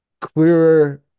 clearer